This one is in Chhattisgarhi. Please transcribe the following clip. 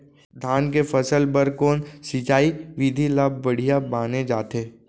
धान के फसल बर कोन सिंचाई विधि ला बढ़िया माने जाथे?